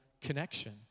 connection